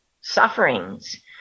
sufferings